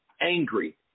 angry